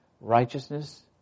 righteousness